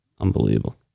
unbelievable